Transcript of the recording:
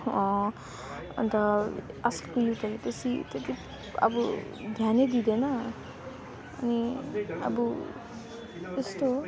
अन्त आजकलको युथहरूले बेसी त्यति अब ध्यानै दिँदैन अनि अब त्यस्तो हो